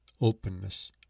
openness